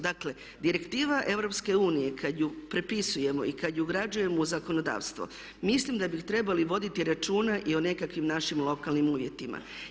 Dakle, direktiva EU kad ju prepisujemo i kad ju ugrađujemo u zakonodavstvo mislim da bi trebali voditi računa i o nekakvim našim lokalnim uvjetima.